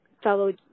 Fellow